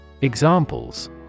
Examples